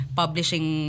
publishing